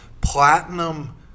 platinum